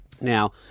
Now